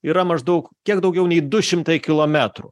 yra maždaug kiek daugiau nei du šimtai kilometrų